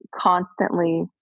constantly